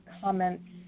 comments